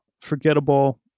forgettable